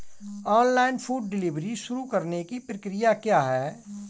Online food delivery शुरू करने की प्रक्रिया क्या है?